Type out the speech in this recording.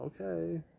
okay